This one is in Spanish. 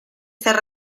ser